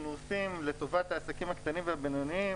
עושים לטובת העסקים הקטנים והבינוניים,